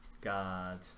God